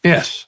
Yes